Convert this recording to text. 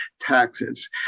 taxes